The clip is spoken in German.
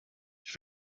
ich